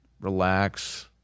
relax